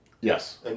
Yes